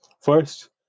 First